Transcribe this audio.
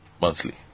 monthly